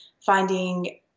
finding